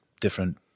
different